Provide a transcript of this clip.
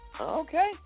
Okay